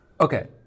Okay